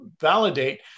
validate